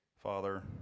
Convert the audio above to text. father